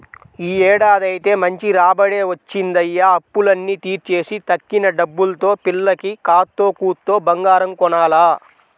యీ ఏడాదైతే మంచి రాబడే వచ్చిందయ్య, అప్పులన్నీ తీర్చేసి తక్కిన డబ్బుల్తో పిల్లకి కాత్తో కూత్తో బంగారం కొనాల